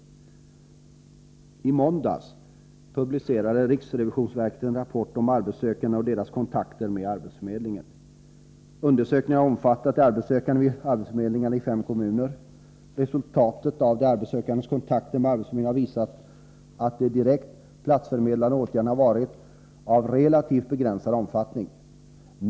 I måndags publicerade riksrevisionsverket en rapport om arbetssökande och deras kontakter med arbetsförmedlingen. Undersökningen har omfattat de arbetssökande vid arbetsförmedlingarna i fem kommuner. Resultaten av de arbetssökandes kontakter med arbetsförmedlingen har visat att de direkt platsförmedlande åtgärderna har varit av relativt begränsad omfattning.